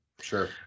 Sure